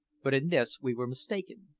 but in this we were mistaken.